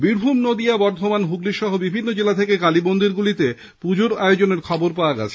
বীরভূম নদীয়া বর্ধমান হুগলী সহ বিভিন্ন জেলা থেকে কালী মন্দিরগুলিতে পুজোর আয়োজনের খবর পাওয়া গেছে